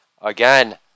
again